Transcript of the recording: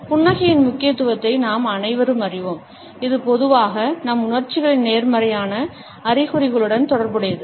புன்னகையின் முக்கியத்துவத்தை நாம் அனைவரும் அறிவோம் இது பொதுவாக நம் உணர்ச்சிகளின் நேர்மறையான அறிகுறிகளுடன் தொடர்புடையது